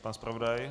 Pan zpravodaj?